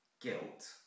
guilt